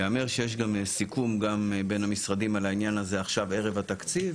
ייאמר שיש סיכום גם בין המשרדים על העניין הזה עכשיו ערב התקציב,